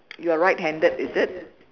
you are right handed is it